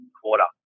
quarter